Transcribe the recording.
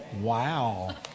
Wow